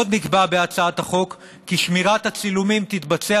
עוד נקבע בהצעת החוק כי שמירת הצילומים תתבצע